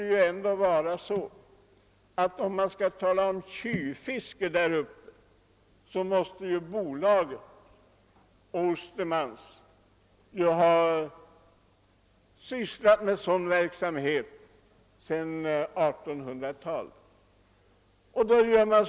Om några emellertid skall anklagas för tjuvfiske, måste det vara skogsbolaget och Ostermans, som bedrivit sådan verksamhet sedan 1800-talet.